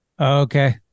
Okay